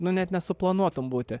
nu net nesuplanuotum būti